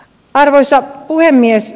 arvoisa puhemies